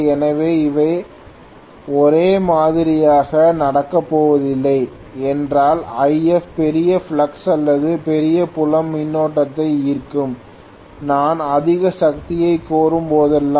எனவே அவை ஒரே மாதிரியாக நடக்கப்போவதில்லை என்றால் If பெரிய ஃப்ளக்ஸ் அல்லது பெரிய புலம் மின்னோட்டத்தை ஈர்க்கும் நான் அதிக சக்தியைக் கோரும் போதெல்லாம்